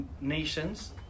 nations